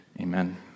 Amen